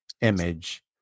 image